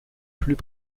plus